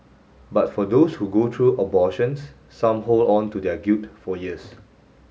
but for those who go through abortions some hold on to their guilt for years